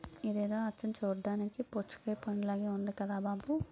ఇదేదో అచ్చం చూడ్డానికి పుచ్చకాయ పండులాగే ఉంది కదా బాబూ